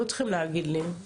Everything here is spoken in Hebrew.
אתם לא צריכים להגיד לי.